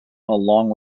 along